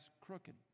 crooked